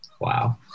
Wow